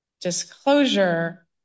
disclosure